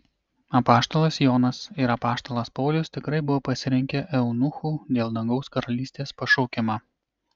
apaštalas jonas ir apaštalas paulius tikrai buvo pasirinkę eunuchų dėl dangaus karalystės pašaukimą